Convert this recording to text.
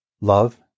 Love